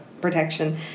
Protection